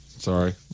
Sorry